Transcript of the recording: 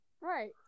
Right